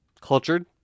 Cultured